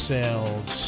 Sales